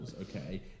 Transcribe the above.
okay